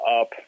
up